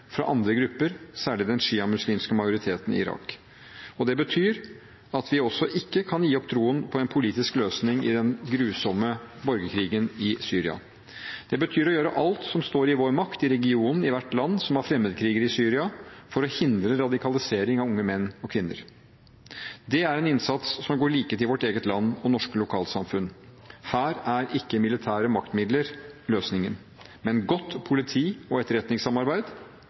fra andre grupper, særlig den sjiamuslimske majoriteten i Irak. Det betyr også at vi ikke kan gi opp troen på en politisk løsning av den grusomme borgerkrigen i Syria. Det betyr å gjøre alt som står i vår makt – i regionen, i hvert land som har fremmedkrigere i Syria – for å hindre radikalisering av unge menn og kvinner. Det er en innsats som går like til vårt eget land og norske lokalsamfunn. Her er ikke militære maktmidler løsningen, men godt politi- og